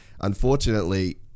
unfortunately